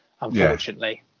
unfortunately